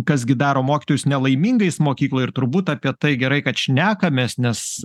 kas gi daro mokytojus nelaimingais mokykloj ir turbūt apie tai gerai kad šnekamės nes